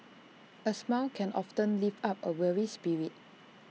A smile can often lift up A weary spirit